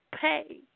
pay